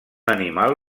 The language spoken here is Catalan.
animal